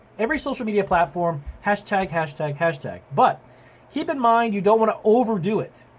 every social media platform hashtag, hashtag, hashtag but keep in mind you don't want to over do it.